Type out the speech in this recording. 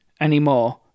anymore